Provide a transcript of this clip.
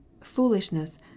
foolishness